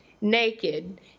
naked